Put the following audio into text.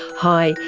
hi,